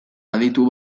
aditu